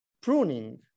pruning